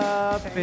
up